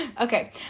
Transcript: okay